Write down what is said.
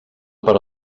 per